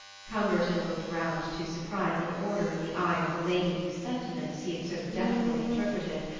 cumberton looked round to surprise an order in the eye of the lady whose sentiments he had so deftly interpreted,